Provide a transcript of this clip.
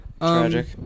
Tragic